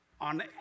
on